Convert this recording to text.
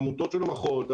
עמותות שנתמכות,